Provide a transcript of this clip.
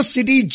City